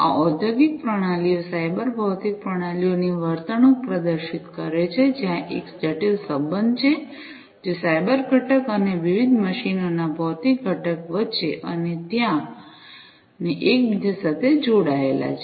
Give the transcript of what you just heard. આ ઔદ્યોગિક પ્રણાલીઓ સાયબર ભૌતિક પ્રણાલીઓની વર્તણૂક પ્રદર્શિત કરે છે જ્યાં એક જટિલ સંબંધ છે જે સાયબર ઘટક અને વિવિધ મશીનોના ભૌતિક ઘટક વચ્ચે અને ત્યાં અને એકબીજા સાથે જોડાયેલા છે